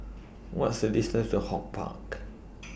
What IS The distance to Holt Park